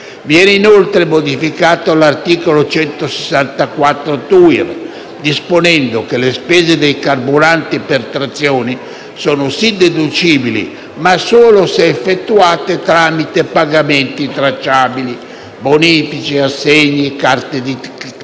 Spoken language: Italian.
Viene inoltre modificato l'articolo 164 TUIR, disponendo che le spese dei carburanti per trazione sono sì deducibili, ma solo se effettuate tramite pagamenti tracciabili (bonifici, assegni, carte di credito,